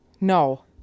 No